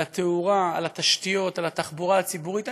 על התאורה, על התשתיות ועל התחבורה הציבורית.